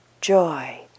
joy